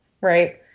right